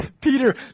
Peter